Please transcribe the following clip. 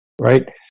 right